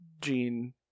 Gene